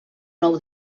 nou